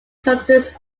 consist